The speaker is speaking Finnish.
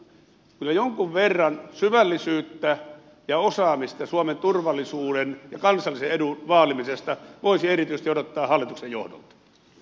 kyllä jonkun verran syvällisyyttä ja osaamista suomen turvallisuuden ja kansallisen edun vaalimisessa voisi erityisesti odottaa hallituksen johdolta